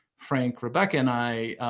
frank, rebecca and i,